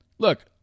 Look